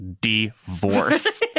divorce